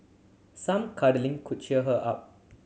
some cuddling could cheer her up